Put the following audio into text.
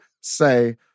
say